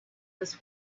this